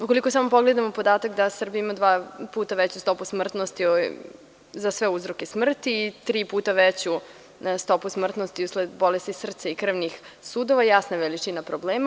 Ukoliko samo pogledamo podatak da Srbija ima dva puta veću stopu smrtnosti za sve uzroke smrti i tri puta veću stopu smrtnosti usled bolesti srca i krvnih sudova, jasna je veličina problema.